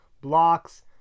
blocks